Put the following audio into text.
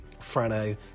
Frano